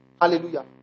Hallelujah